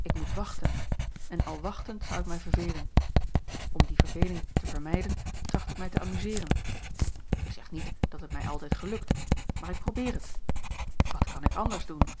ik moet wachten en al wachtend zou ik mij vervelen om de verveling te vermijden tracht ik mij te amuseeren ik zeg niet dat het mij altijd gelukt maar ik probeer het wat kan ik anders doen